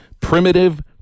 Primitive